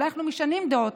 אולי אנחנו משנים דעות,